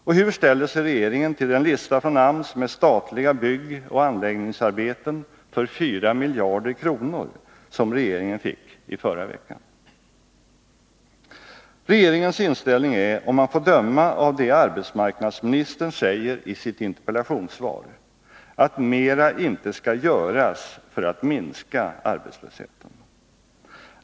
Och hur ställer sig regeringen till den lista från AMS med statliga byggoch anläggningsarbeten för 4 miljarder kronor som regeringen fick i förra veckan? Regeringens inställning är, om man får döma av det arbetsmarknadsministern säger i sitt interpellationssvar, att mera inte skall göras för att minska arbetslösheten.